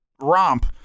romp